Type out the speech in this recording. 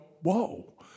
whoa